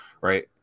right